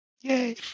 Yay